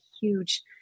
huge